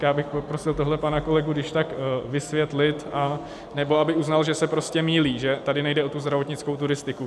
Tak bych poprosil tohle pana kolegu když tak vysvětlit, nebo aby uznal, že se prostě mýlí, že tady nejde o tu zdravotnickou turistiku.